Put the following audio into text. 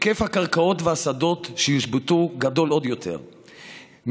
היקף הקרקעות והשדות שיושבתו גדול עוד יותר,